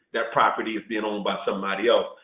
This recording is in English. that property is being owned by somebody else.